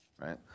right